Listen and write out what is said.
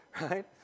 right